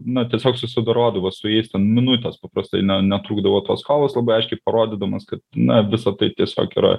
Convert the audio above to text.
na tiesiog susidorodavo su jais ten minutės paprastai netrūkdavo tos kovos labai aiškiai parodydamas kad na visa tai tiesiog yra